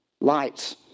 Lights